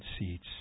seats